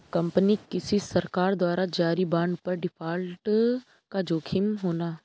किसी कंपनी या सरकार द्वारा जारी बांड पर डिफ़ॉल्ट का जोखिम होना